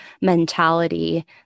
mentality